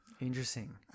Interesting